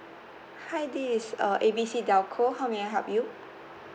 hi this uh A B C telco how may I help you